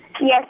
Yes